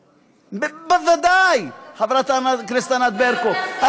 בוודאי, חברת הכנסת ענת ברקו.